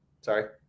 sorry